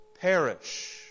perish